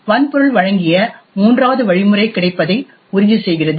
வன்பொருள் வழங்கிய மூன்றாவது வழிமுறை கிடைப்பதை உறுதி செய்கிறது